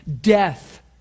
Death